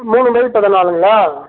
மூணு பை பதினாலுங்களா